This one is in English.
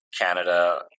Canada